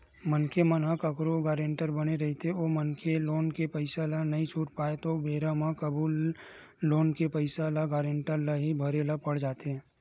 मनखे मन ह कखरो गारेंटर बने रहिथे ओ मनखे लोन के पइसा ल नइ छूट पाय ओ बेरा म कभू लोन के पइसा ल गारेंटर ल ही भरे ल पड़ जाथे